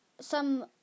Some